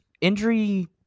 injury